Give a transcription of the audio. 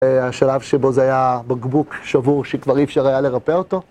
השלב שבו זה היה בקבוק שבור שכבר אי אפשר היה לרפא אותו.